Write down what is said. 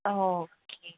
ஓ okay